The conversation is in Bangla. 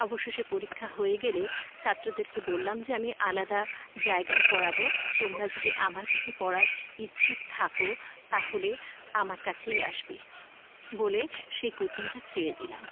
অবশেষে পরীক্ষা হয়ে গেলে ছাত্রদেরকে বললাম যে আমি আলাদা জায়গায় পড়াব তোমরা যদি আমার কাছে পড়ার ইচ্ছুক থাকো তাহলে আমার কাছেই আসবে বলে সেই কোচিংটা ছেড়ে দিলাম